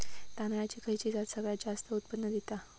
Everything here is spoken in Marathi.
तांदळाची खयची जात सगळयात जास्त उत्पन्न दिता?